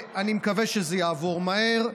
אני מקווה שזה יעבור מהר,